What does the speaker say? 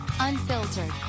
Unfiltered